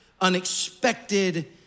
unexpected